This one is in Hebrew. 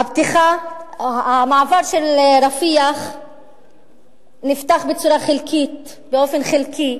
מעבר רפיח נפתח באופן חלקי,